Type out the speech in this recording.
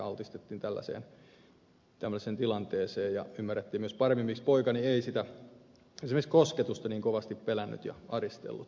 elikkä altistettiin tällaiseen tilanteeseen ja ymmärrettiin myös paremmin miksi poikani ei esimerkiksi kosketusta niin kovasti pelännyt ja aristellut